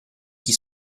qui